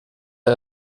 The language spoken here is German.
der